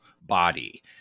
body